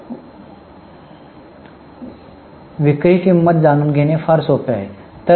तर विक्री किंमत जाणून घेणे फार सोपे आहे